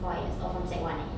four years oh from sec one eh